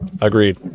Agreed